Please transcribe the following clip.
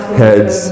heads